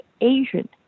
Asian